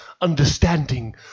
understanding